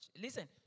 Listen